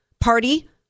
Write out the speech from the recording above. party